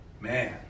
man